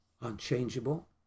unchangeable